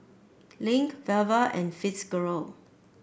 Link Velva and Fitzgerald